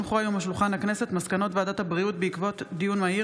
מסקנות ועדת הבריאות בעקבות דיון מהיר